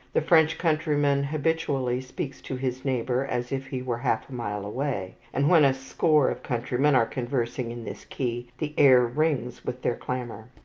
the french countryman habitually speaks to his neighbour as if he were half a mile away and when a score of countrymen are conversing in this key, the air rings with their clamour.